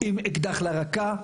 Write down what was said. עם אקדח לרקה.